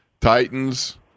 Titans